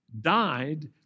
died